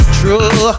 true